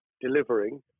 delivering